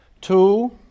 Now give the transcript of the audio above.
Two